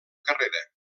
carrera